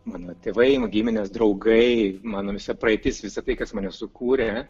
mano tėvai mano giminės draugai mano visa praeitis visa tai kas mane sukūrė